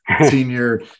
senior